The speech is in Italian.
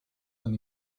con